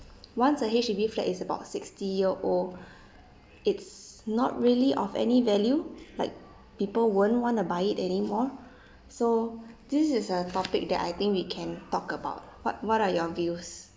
once a H_D_B flat is about sixty year old it's not really of any value like people won't want to buy it any more so this is a topic that I think we can talk about what what are your views